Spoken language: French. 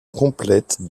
complète